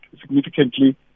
significantly